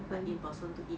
like in person to eat